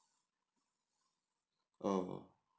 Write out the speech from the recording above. oh